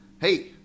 hey